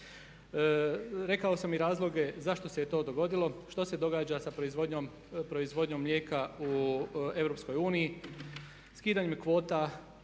Rekao sam i razloge zašto se i to dogodilo, što se događa sa proizvodnjom mlijeka u EU, skidanje kvota,